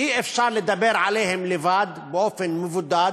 אי-אפשר לדבר עליהם לבד, באופן מבודד,